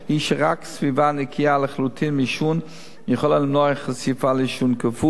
היא שרק סביבה נקייה לחלוטין מעישון יכולה למנוע חשיפה לעישון כפוי,